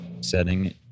setting